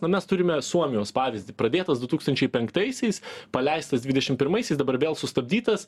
na mes turime suomijos pavyzdį pradėtas du tūkstančiai penktaisiais paleistas dvidešim pirmais jis dabar vėl sustabdytas